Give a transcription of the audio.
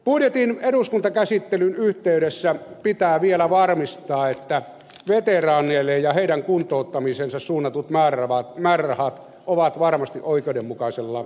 budjetin eduskuntakäsittelyn yhteydessä pitää vielä varmistaa että veteraaneille ja heidän kuntouttamiseensa suunnatut määrärahat ovat varmasti oikeudenmukaisella tasolla